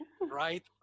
right